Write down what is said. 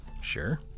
Sure